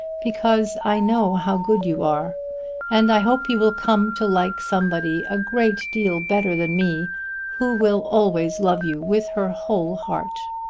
because i know how good you are and i hope you will come to like somebody a great deal better than me who will always love you with her whole heart.